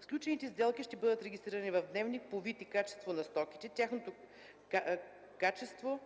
Сключените сделки ще бъдат регистрирани в дневник по вид и количество на стоките, тяхното качество,